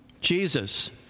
Jesus